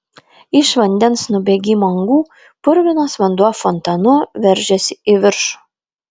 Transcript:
iš vandens nubėgimo angų purvinas vanduo fontanu veržėsi į viršų